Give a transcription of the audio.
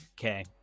okay